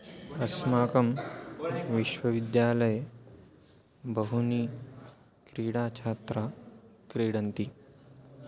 अस्माकं विश्वविद्यालये बहूनि क्रीडाः छात्राः क्रीडन्ति